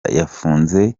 yafunze